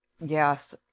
Yes